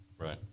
right